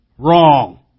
Wrong